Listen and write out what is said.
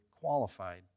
qualified